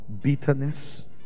bitterness